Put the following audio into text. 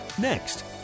next